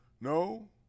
No